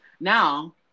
now